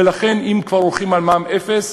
ולכן, אם כבר הולכים על מע"מ אפס,